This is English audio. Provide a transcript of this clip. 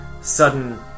sudden